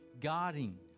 guarding